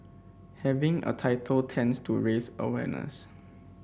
having a title tends to raise awareness